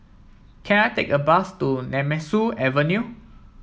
can I take a bus to Nemesu Avenue